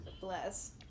Bless